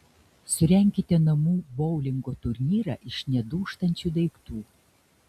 surenkite namų boulingo turnyrą iš nedūžtančių daiktų